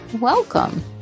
Welcome